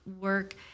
work